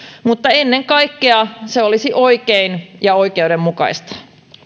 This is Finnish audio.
mutta ennen kaikkea se olisi oikein ja oikeudenmukaista